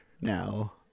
now